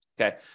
Okay